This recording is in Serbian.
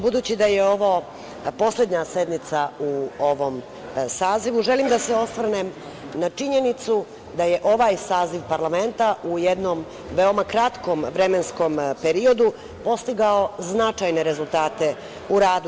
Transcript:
Budući da je ovo poslednja sednica u ovom sazivu, želim da se osvrnem na činjenicu da je ovaj saziv parlamenta u jednom veoma kratkom vremenskom periodu postigao značajne rezultate u radu.